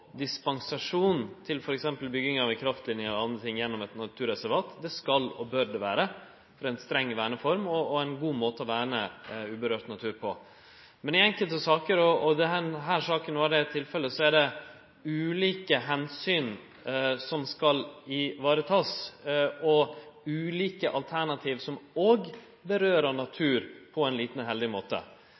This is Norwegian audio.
dispensasjon til f.eks. bygging av ei kraftlinje og andre ting gjennom eit naturreservat. Det skal og bør det vere, for det er ei streng verneform og ein god måte å verne urørt natur på. Men i enkelte saker, og i denne saka var det tilfellet, er det ulike omsyn som skal varetakast, og ulike alternativ som òg har følgjer for natur på ein lite heldig måte.